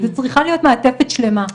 זאת צריכה להיות מעטפת שלמה.